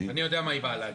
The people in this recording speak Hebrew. אני יודע מה היא באה להגיד.